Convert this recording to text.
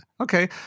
Okay